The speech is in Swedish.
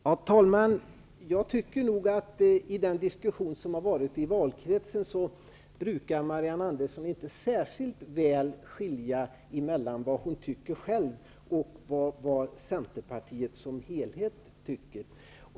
Herr talman! Jag tycker nog att Marianne Andersson i den diskussion som har varit i valkretsen inte särskilt väl har kunnat skilja mellan vad hon tycker själv och vad Centerpartiet som helhet tycker.